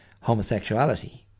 homosexuality